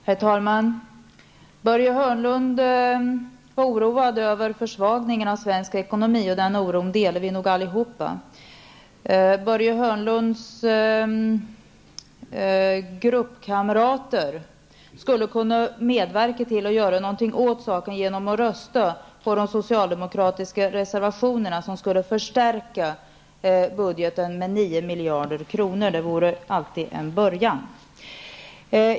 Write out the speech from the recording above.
Herr talman! Börje Hörnlund var oroad över försvagningen av svensk ekonomi. Den oron delar vi nog alla. Börje Hörnlunds gruppkamrater skulle kunna medverka till att göra någonting åt saken genom att rösta för de socialdemokratiska reservationerna, som skulle förstärka budgeten med 9 miljarder kronor -- det vore i alla fall en början.